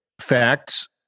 Facts